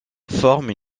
forme